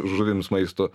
žuvims maistu